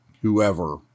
whoever